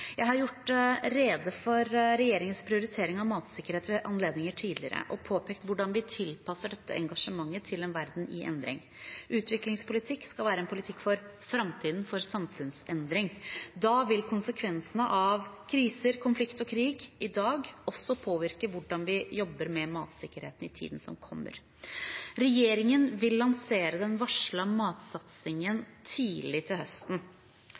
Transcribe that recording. Jeg har gjort rede for regjeringens prioritering av matsikkerhet ved tidligere anledninger og påpekt hvordan vi tilpasser dette engasjementet til en verden i endring. Utviklingspolitikk skal være en politikk for framtiden og for samfunnsendring. Da vil konsekvensene av kriser, konflikt og krig i dag også påvirke hvordan vi jobber med matsikkerheten i tiden som kommer. Regjeringen vil lansere den varslede matsatsingen tidlig til høsten.